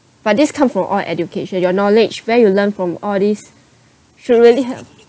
but this come from all education your knowledge where you learn from all these should really have